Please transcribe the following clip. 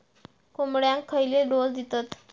कोंबड्यांक खयले डोस दितत?